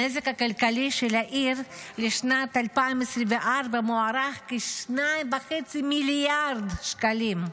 הנזק הכלכלי של העיר לשנת 2024 מוערך בכ-2.5 מיליארד שקלים.